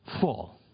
full